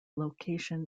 location